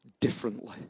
differently